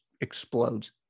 explodes